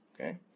okay